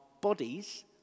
bodies